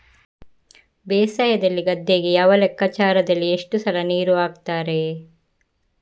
ಬೇಸಾಯದಲ್ಲಿ ಗದ್ದೆಗೆ ಯಾವ ಲೆಕ್ಕಾಚಾರದಲ್ಲಿ ಎಷ್ಟು ಸಲ ನೀರು ಹಾಕ್ತರೆ?